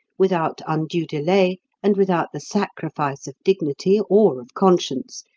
without undue delay and without the sacrifice of dignity or of conscience,